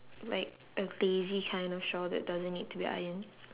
like a lazy kind of shawl that doesn't need to be ironed